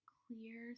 clear